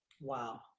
Wow